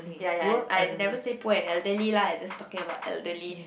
ya ya I never say poor and elderly lah I just talking about elderly